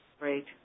Great